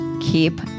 keep